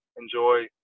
enjoy